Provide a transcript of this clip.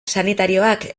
sanitarioak